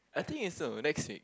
I think is so next week